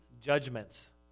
judgments